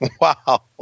Wow